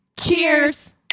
Cheers